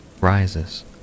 rises